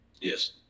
Yes